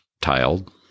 tiled